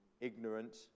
ignorant